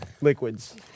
liquids